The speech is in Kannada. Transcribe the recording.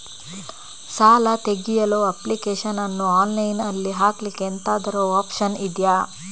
ಸಾಲ ತೆಗಿಯಲು ಅಪ್ಲಿಕೇಶನ್ ಅನ್ನು ಆನ್ಲೈನ್ ಅಲ್ಲಿ ಹಾಕ್ಲಿಕ್ಕೆ ಎಂತಾದ್ರೂ ಒಪ್ಶನ್ ಇದ್ಯಾ?